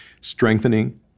strengthening